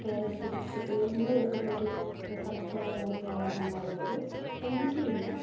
കേരളത്തിൽ ഉയർന്ന് നിൽക്കുന്ന ഒരു സംസ്ഥാനമാണ് കേരളം എന്ന് പറയുന്നത് എങ്കിലും